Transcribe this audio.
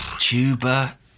Tuba